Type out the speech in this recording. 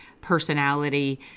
personality